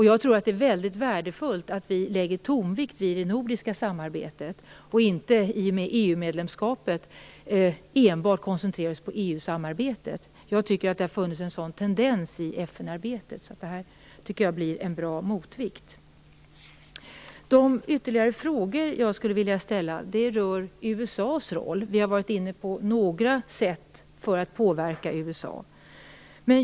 Jag tror att det är väldigt värdefullt att vi lägger tonvikt vid det nordiska samarbetet och inte i och med EU-medlemskapet enbart koncentrerar oss på EU-samarbete. Jag tycker att det har funnits en sådan tendens i FN-arbetet, så det här blir en bra motvikt. De ytterligare frågor jag skulle vilja ställa rör USA:s roll. Vi har varit inne på några sätt att påverka USA.